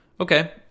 Okay